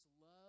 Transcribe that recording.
love